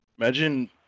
Imagine